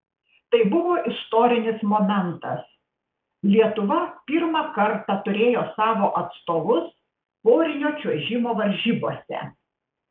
tai buvo istorinis momentas lietuva pirmą kartą turėjo savo atstovus porinio čiuožimo varžybose